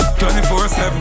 24-7